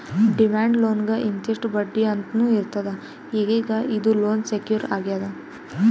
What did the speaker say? demand ಲೋನ್ಗ್ ಇಂತಿಷ್ಟ್ ಬಡ್ಡಿ ಅಂತ್ನೂ ಇರ್ತದ್ ಈಗೀಗ ಇದು ಲೋನ್ ಸೆಕ್ಯೂರ್ ಆಗ್ಯಾದ್